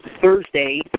Thursday